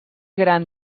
gran